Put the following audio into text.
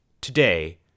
Today